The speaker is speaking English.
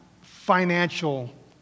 financial